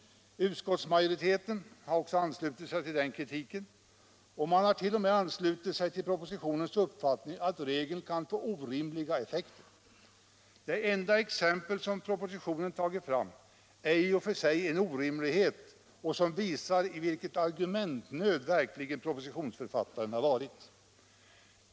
Utskottsmajoriteten har anslutit sig till den kritiken, och man har t.o.m. anslutit sig till propositionens uppfattning att regeln kan få orimliga effekter. Det enda exempel som propositionen tagit fram är i 125 och för sig orimligt och visar i vilken verklig argumentnöd propositionsförfattaren varit.